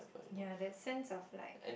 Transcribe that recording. ya that sense of like